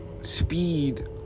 speed